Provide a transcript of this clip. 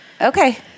Okay